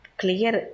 clear